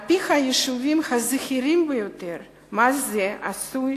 על-פי חישובים זהירים ביותר מס זה עשוי